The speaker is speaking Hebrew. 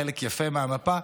חלק יפה מהמפה.